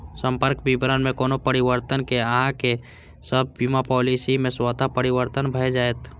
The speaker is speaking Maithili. संपर्क विवरण मे कोनो परिवर्तन सं अहांक सभ बीमा पॉलिसी मे स्वतः परिवर्तन भए जाएत